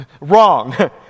Wrong